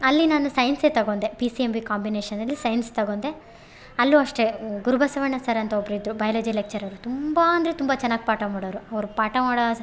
ಅಲ್ಲಿ ನಾನು ಸೈನ್ಸೇ ತಗೊಂಡೆ ಪಿ ಸಿ ಎಮ್ ಬಿ ಕಾಂಬಿನೇಶನಲ್ಲಿ ಸೈನ್ಸ್ ತಗೊಂಡೆ ಅಲ್ಲು ಅಷ್ಟೆ ಗುರುಬಸವಣ್ಣ ಸರ್ ಅಂತ ಒಬ್ಬರಿದ್ರು ಬಯೋಲಜಿ ಲೆಕ್ಚರರು ತುಂಬ ಅಂದರೆ ತುಂಬ ಚೆನ್ನಾಗಿ ಪಾಠ ಮಾಡೋರು ಅವ್ರು ಪಾಠ ಮಾಡೋ